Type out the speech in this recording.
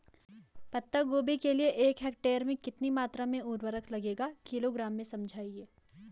पत्ता गोभी के लिए एक हेक्टेयर में कितनी मात्रा में उर्वरक लगेगा किलोग्राम में समझाइए?